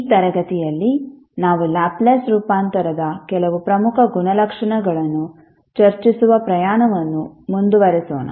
ಈ ತರಗತಿಯಲ್ಲಿ ನಾವು ಲ್ಯಾಪ್ಲೇಸ್ ರೂಪಾಂತರದ ಕೆಲವು ಪ್ರಮುಖ ಗುಣಲಕ್ಷಣಗಳನ್ನು ಚರ್ಚಿಸುವ ಪ್ರಯಾಣವನ್ನು ಮುಂದುವರಿಸೋಣ